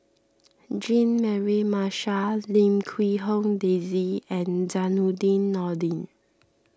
Jean Mary Marshall Lim Quee Hong Daisy and Zainudin Nordin